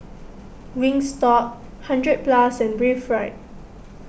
Wingstop hundred Plus and Breathe Right